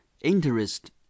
interest